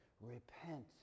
repent